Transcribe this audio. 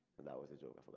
and that was a joke.